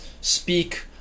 speak